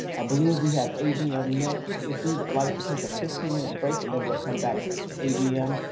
i believe we have abm next. if we would like to take a fifteen minute and break and then we'll come back to abm,